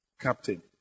Captain